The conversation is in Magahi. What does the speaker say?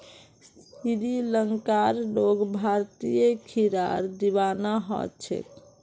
श्रीलंकार लोग भारतीय खीरार दीवाना ह छेक